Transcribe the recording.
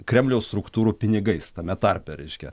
kremliaus struktūrų pinigais tame tarpe reiškia